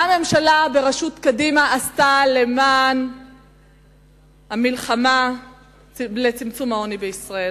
מה הממשלה בראשות קדימה עשתה למען המלחמה לצמצום העוני בישראל.